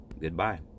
goodbye